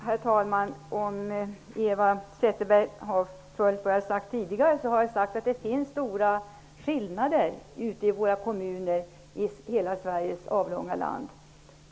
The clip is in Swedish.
Herr talman! Eva Zetterberg har väl hört vad jag sagt tidigare, att det finns stora skillnader i våra kommuner i Sveriges avlånga land.